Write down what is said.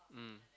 mm